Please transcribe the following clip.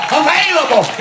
available